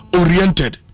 oriented